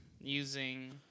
using